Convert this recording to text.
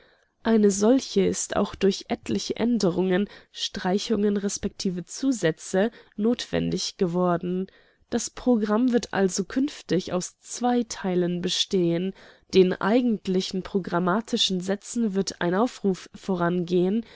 eine solche ist auch durch etliche änderungen streichungen resp zusätze notwendig geworden das programm wird also künftig aus zwei teilen bestehen den eigentlichen programmatischen sätzen wird ein aufruf vorangehen